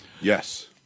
Yes